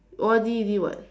O_R_D already [what]